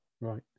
Right